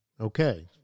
Okay